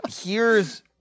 here's-